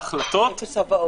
נימוקים, צירוף עובדות